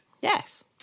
yes